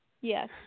Yes